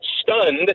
stunned